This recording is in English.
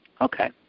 Okay